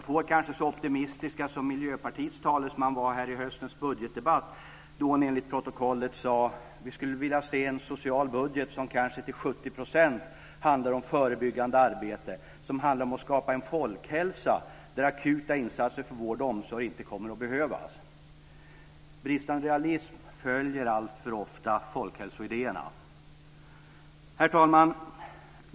Få är kanske så optimistiska som Miljöpartiets talesman var här i höstens budgetdebatt då hon sade: "Vi skulle ju vilja se en social budget som kanske till 70 % handlar om förebyggande arbete, som handlar om att skapa en folkhälsa där akuta insatser för vård och omsorg inte kommer att behövas." Bristande realism följer alltför ofta folkhälsoidéerna. Herr talman!